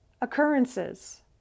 occurrences